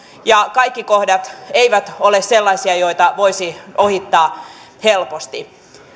ja kaikki kohdat eivät ole sellaisia joita voisi ohittaa helposti